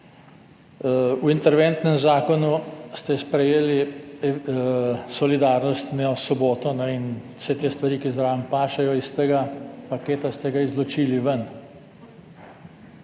V interventnem zakonu ste sprejeli solidarnostno soboto in vse te stvari, ki zraven pašejo. Iz tega paketa ste ga izločili ven.